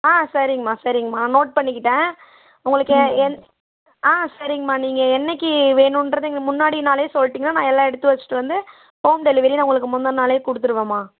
ஆ சரிங்கம்மா சரிங்கம்மா நோட் பண்ணிக்கிட்டேன் உங்களுக்கு எ எந் ஆ சரிங்கம்மா நீங்கள் என்னைக்கு வேணுன்றது எங்களுக்கு முன்னாடி நாளே சொல்லிட்டீங்கன்னா நான் எல்லாம் எடுத்து வச்சிட்டு வந்து ஹோம் டெலிவரி நான் உங்களுக்கு முந்தின நாளே கொடுத்துருவேன்ம்மா